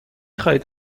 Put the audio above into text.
خواهید